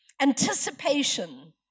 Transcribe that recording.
anticipation